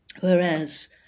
whereas